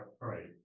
Right